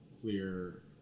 clear